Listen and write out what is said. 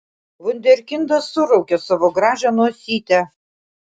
vunderkindas suraukė savo gražią nosytę